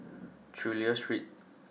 Chulia Street